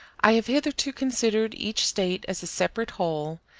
i have hitherto considered each state as a separate whole,